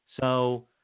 So-